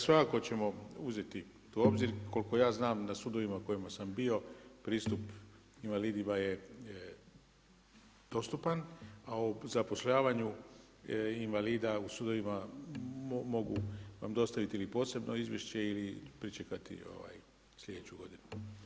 Svakako ćemo uzeti u obzir, koliko ja znam, na sudovima na kojima sam bio, pristup invalidima je dostupan, a o zapošljavanju invalida o sudovima mogu dostaviti ili posebno izvješće ili pričekati sljedeću godinu.